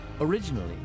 Originally